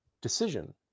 decision